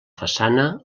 façana